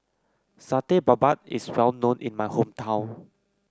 Satay Babat is well known in my hometown